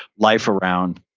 life around.